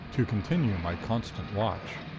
to continue my constant watch.